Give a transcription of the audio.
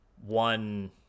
one